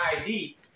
ID